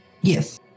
Yes